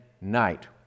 night